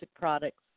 products